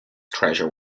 treasure